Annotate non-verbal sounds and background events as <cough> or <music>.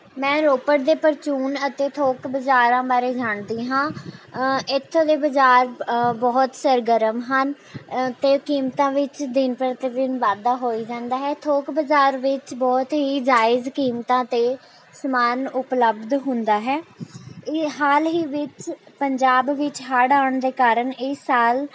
ਮੈਂ ਰੋਪੜ ਦੇ ਪਰਚੂਨ ਅਤੇ ਥੋਕ ਬਾਜ਼ਰਾਂ ਬਾਰੇ ਜਾਣਦੀ ਹਾਂ ਇੱਥੋਂ ਦੇ ਬਾਜ਼ਾਰ ਬਹੁਤ ਸਰਗਰਮ ਹਨ ਅਤੇ ਕੀਮਤਾਂ ਵਿੱਚ ਦਿਨ ਪ੍ਰਤੀ ਦਿਨ ਵਾਧਾ ਹੋਈ ਜਾਂਦਾ ਹੈ ਥੋਕ ਬਾਜ਼ਾਰ ਵਿੱਚ ਬਹੁਤ ਹੀ ਜਾਇਜ਼ ਕੀਮਤਾਂ 'ਤੇ ਸਮਾਨ ਉਪਲਬਧ ਹੁੰਦਾ ਹੈ <unintelligible> ਹਾਲ ਹੀ ਵਿੱਚ ਪੰਜਾਬ ਵਿੱਚ ਹੜ੍ਹ ਆਉਣ ਦੇ ਕਾਰਨ ਇਸ ਸਾਲ